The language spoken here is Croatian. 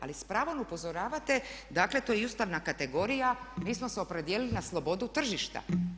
Ali s pravom upozoravate dakle to je i ustavna kategorija, i mi smo se opredijelili na slobodu tržišta.